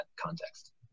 context